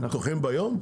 פאבים, אתם פתוחים ביום?